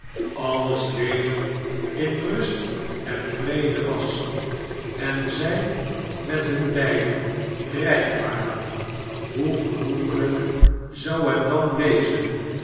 alles weder in rust en vrede was en zij met hun beiden rijk waren hoe genoeglijk zou het dan wezen